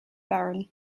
baron